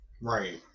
right